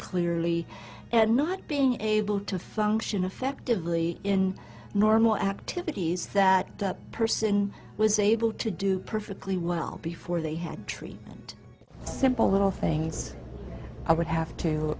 clearly and not being able to function effectively in normal activities that the person was able to do perfectly well before they had treatment simple little things i would have to